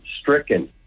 stricken